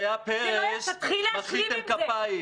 כשזה היה פרס, מחאתם כפיים.